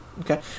Okay